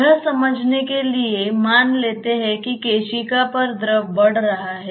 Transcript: यह समझने के लिए मान लेते हैं कि केशिका पर द्रव बढ़ रहा है